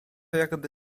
jakby